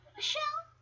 Michelle